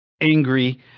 angry